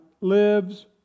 lives